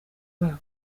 bwabo